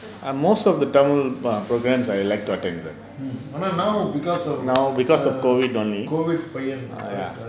and most of the tamil programmes I like to attend them now because of COVID only ya